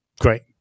great